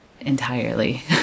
entirely